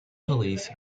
police